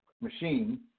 machine